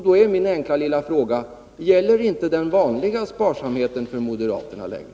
Då är min enkla lilla fråga: Gäller inte den vanliga sparsamheten för moderaterna längre?